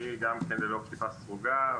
אני גם כן ללא כיפה סרוגה,